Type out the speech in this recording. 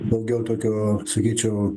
daugiau tokio sakyčiau